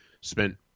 spent